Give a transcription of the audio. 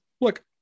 Look